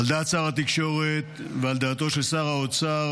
על דעת שר התקשורת ועל דעתו של שר האוצר,